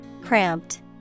Cramped